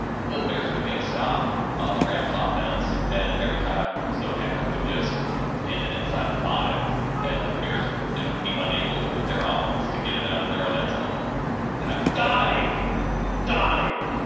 the bears would get a stop on the rams ah offense and every time. so hecker would just pin it inside the five and the bears would you know be unable with their ah offense to get it out of their own end zone adam and have to dominate it dominated.